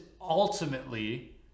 ultimately